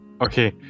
Okay